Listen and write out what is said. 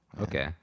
Okay